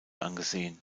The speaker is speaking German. angesehen